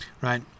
right